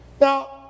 Now